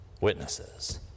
witnesses